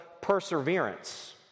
perseverance